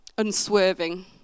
unswerving